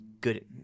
good